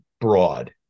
broad